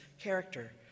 character